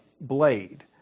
blade